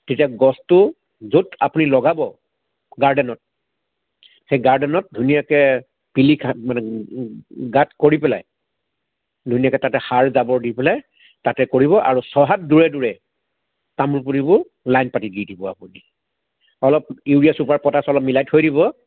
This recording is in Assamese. তেতিয়া গছটো য'ত আপুনি লগাব গাৰ্ডেনত সেই গাৰ্ডেনত ধুনীয়াকৈ গাঁত কৰি পেলাই ধুনীয়াকৈ তাতে সাৰ জাবৰ দি পেলাই তাতে কৰিব আৰু ছহাত দূৰে দূৰে তামোল পুলিবোৰ লাইন পাতি দি দিব আপুনি অলপ মিলাই থৈ দিব